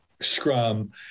scrum